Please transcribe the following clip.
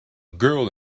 girl